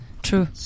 True